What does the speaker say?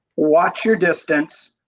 watch your distance,